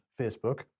Facebook